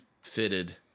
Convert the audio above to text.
fitted